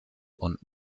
und